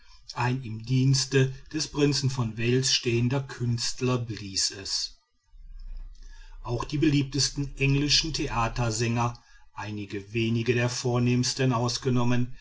ein im dienste des prinzen von wales stehender künstler blies es auch die beliebtesten englischen theatersänger einige wenige der vornehmsten ausgenommen